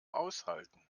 aushalten